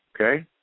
okay